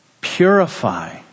Purify